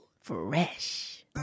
fresh